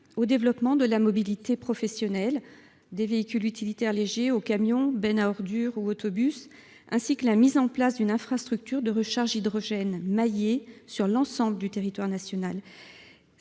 au développement de la mobilité professionnelle- des véhicules utilitaires légers aux camions, des bennes à ordures aux autobus -et de la mise en place d'infrastructures de recharge hydrogène maillant l'ensemble du territoire national.